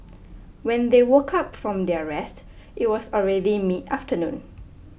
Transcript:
when they woke up from their rest it was already midafternoon